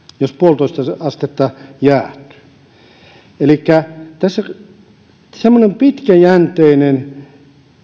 jos se puolitoista astetta jäähtyy elikkä semmoiset pitkäjänteiset